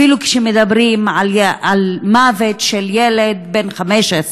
אפילו כשמדברים על מוות של ילד בן 15,